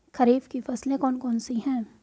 खरीफ की फसलें कौन कौन सी हैं?